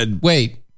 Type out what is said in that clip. Wait